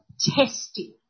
testing